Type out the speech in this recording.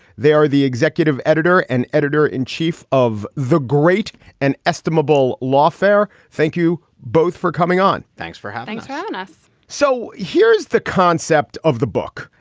they are the executive editor and editor in chief of the great and estimable lawfare. thank you both for coming on. thanks for having yeah us. so here is the concept of the book,